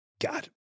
God